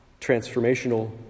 transformational